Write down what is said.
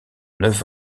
neuf